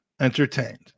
entertained